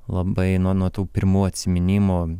labai nuo nuo tų pirmų atsiminimų